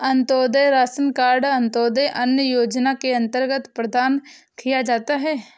Antyodaya ration card Antyodaya अन्न योजना के अंतर्गत प्रदान किया जाता है